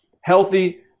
healthy